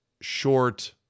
short